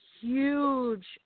huge